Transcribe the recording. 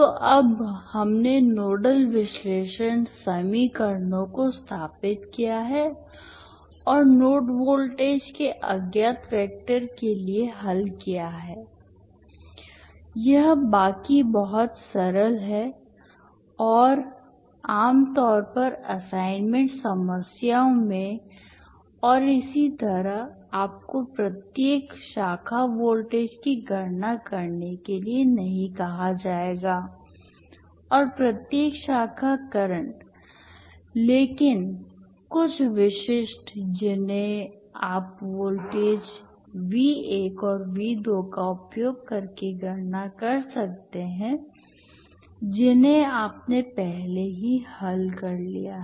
तो अब हमने नोडल विश्लेषण समीकरणों को स्थापित किया है और नोड वोल्टेज के अज्ञात वेक्टर के लिए हल किया है यह बाकी बहुत सरल है और आमतौर पर असाइनमेंट समस्याओं में और इसी तरह आपको प्रत्येक शाखा वोल्टेज की गणना करने के लिए नहीं कहा जाएगा और प्रत्येक शाखा करंट लेकिन कुछ विशिष्ट जिन्हें आप वोल्टेज V1 और V2 का उपयोग करके गणना कर सकते हैं जिन्हें आपने पहले ही हल कर लिया है